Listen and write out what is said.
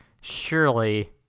surely